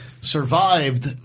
survived